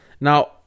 Now